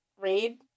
read